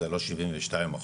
זה לא שבעים ושניים אחוז.